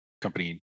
company